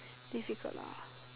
physical lah